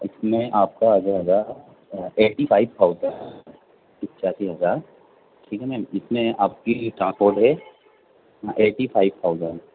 اس میں آپ کا آ جائے گا ایٹی فائیو تھاؤزنڈ پچاسی ہزار ٹھیک ہے میم اس میں آپ کی ٹرانسپورٹ ہے ایٹی فائیو تھاؤزنڈ